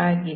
ಆಗಿದೆ